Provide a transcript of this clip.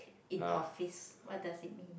in office what does it mean